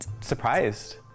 surprised